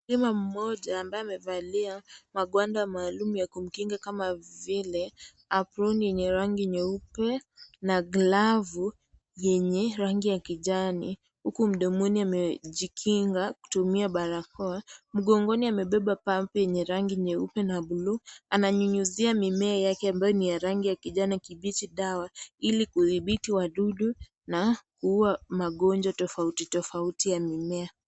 Mkulima mmoja ambaye amevalia magwanda maalum ya kumkinga kama vile aproni yenye rangi nyeupe na glavu yenye rangi ya kijani huku mdomoni amejikinga kutumia barakoa. Mgongoni amebeba pampu yenye rangi nyeupe na buluu. Ananyunyizia mimea yake ambayo ni ya rangi ya kijani kibichi dawa ili kudhibiti wadudu na kuua magonjwa tofauti tofauti ya mimea.